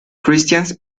christians